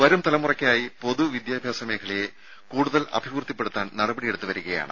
വരും തലമുറയ്ക്കായി പൊതു വിദ്യാഭ്യാസ മേഖലയെ കൂടുതൽ അഭിവൃദ്ധിപ്പെടുത്താൻ നടപടി എടുത്തുവരികയാണ്